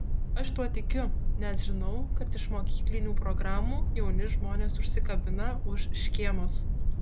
aš tuo tikiu nes žinau kad iš mokyklinių programų jauni žmonės užsikabina už škėmos